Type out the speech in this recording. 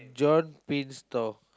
John Pin store